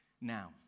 now